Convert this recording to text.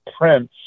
Prince